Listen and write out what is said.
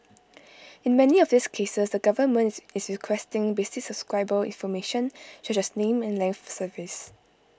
in many of these cases the government is is requesting basic subscriber information such as name and length of service